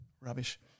rubbish